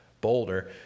Boulder